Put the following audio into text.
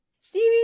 Stevie